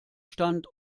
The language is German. stand